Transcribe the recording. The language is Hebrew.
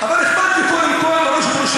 אבל אכפת לי קודם כול מראש הממשלה,